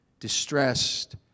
Distressed